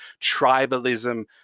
tribalism